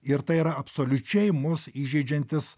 ir tai yra absoliučiai mus įžeidžiantis